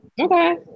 okay